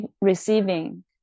receiving